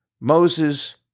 Moses